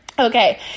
Okay